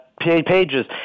pages